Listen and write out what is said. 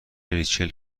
ریچل